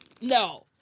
No